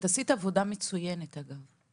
עשית עבודה מצוינת, אגב.